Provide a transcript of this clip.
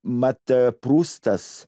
mat prustas